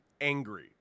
angry